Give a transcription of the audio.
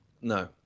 No